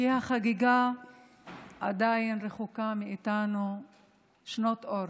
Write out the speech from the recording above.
כי החגיגה עדיין רחוקה מאיתנו שנות אור.